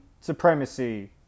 Supremacy